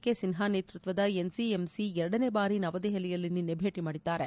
K Sinha ನೇತೃತ್ವದ N C M C ಎರಡನೇ ಬಾರಿ ನವದೆಹಲಿಯಲ್ಲಿ ನಿನ್ನೆ ಭೇಟಿ ಮಾಡಿದ್ದಾರೆ